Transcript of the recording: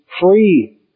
free